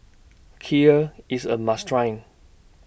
Kheer IS A must Try